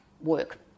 work